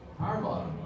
Powerbottom